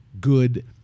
good